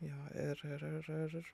jo ir ir ir ir